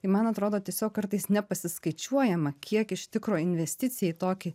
tai man atrodo tiesiog kartais nepasiskaičiuojama kiek iš tikro investicija į tokį